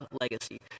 legacy